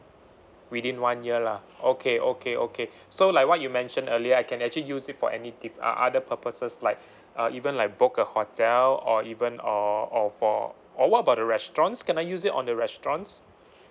within one year lah okay okay okay so like what you mention earlier I can actually use it for any thi~ uh other purposes like uh even like book a hotel or even or or for or what about the restaurants can I use it on the restaurants